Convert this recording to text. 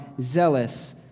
zealous